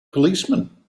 policeman